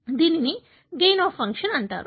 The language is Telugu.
కాబట్టి దీనిని గైన్ అఫ్ ఫంక్షన్ అని అంటారు